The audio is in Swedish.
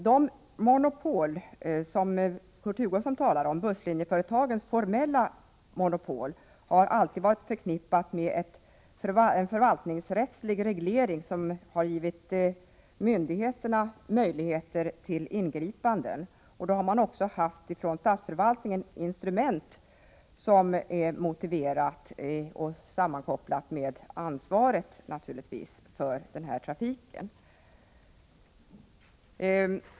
De monopol som Kurt Hugosson talar om, busslinjeföretagens formella monopol, har alltid varit förknippade med en förvaltningsrättslig reglering, som har givit myndigheterna möjlighet tillingripande. Då har även statsförvaltningen haft instrument som naturligtvis är motiverade av och sammankopplade med ansvaret för trafiken.